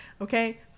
okay